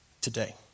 today